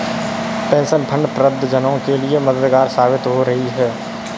pension fund वृद्ध जनों के लिए मददगार साबित हो रही है